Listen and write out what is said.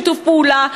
שיתוף פעולה.